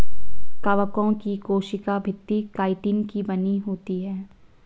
कवकों की कोशिका भित्ति काइटिन की बनी होती है